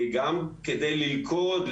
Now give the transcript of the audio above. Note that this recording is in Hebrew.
גם כדי ללכוד,